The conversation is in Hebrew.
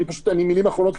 מילים אחרונות,